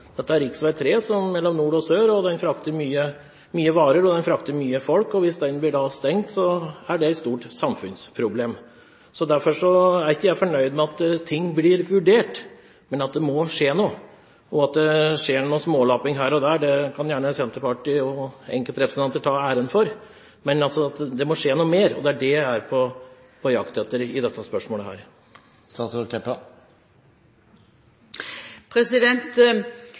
Dette er rv. 3 mellom nord og sør. Den frakter mange varer og mange folk, og hvis den blir stengt, er det et stort samfunnsproblem. Derfor er ikke jeg fornøyd med at ting blir vurdert – det må skje noe! At det skjer noe smålapping her og der, kan gjerne Senterpartiet og enkeltrepresentanter tar æren for, men det må altså skje noe mer. Det er det jeg er på jakt etter i dette spørsmålet.